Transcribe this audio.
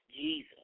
Jesus